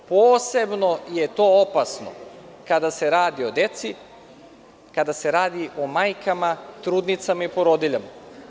Posebno je to opasno kada se radi o deci, majkama, trudnicama i porodiljama.